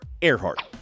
Earhart